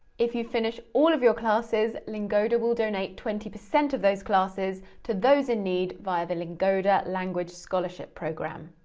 if you finish all of your classes, lingoda will donate twenty percent of those classes to those in need, via the lingoda language language scholarship programme.